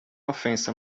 ofensa